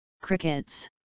crickets